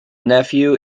nephew